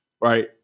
right